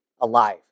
alive